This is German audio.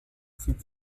zieht